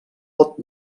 pot